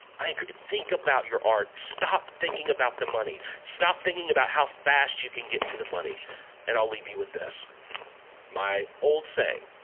i could think about your art stop thinking about the money. stop thinking about how fast you can get to the money and i'll leave you with this my old saying